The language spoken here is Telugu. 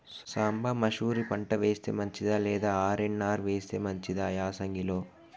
సాంబ మషూరి పంట వేస్తే మంచిదా లేదా ఆర్.ఎన్.ఆర్ వేస్తే మంచిదా యాసంగి లో?